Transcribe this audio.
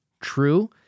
true